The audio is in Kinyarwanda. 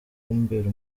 kumbera